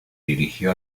dirigió